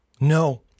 No